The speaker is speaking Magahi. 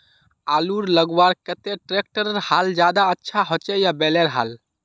आलूर लगवार केते ट्रैक्टरेर हाल ज्यादा अच्छा होचे या बैलेर हाल?